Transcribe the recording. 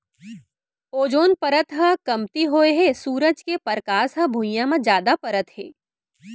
ozone परत ह कमती होए हे सूरज के परकास ह भुइयाँ म जादा परत हे